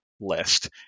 list